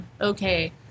Okay